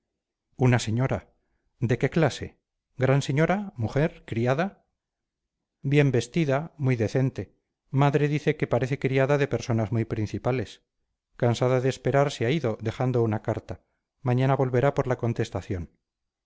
una señora de qué clase gran señora mujer criada bien vestida muy decente madre dice que parece criada de personas muy principales cansada de esperar se ha ido dejando una carta mañana volverá por la contestación